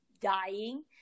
dying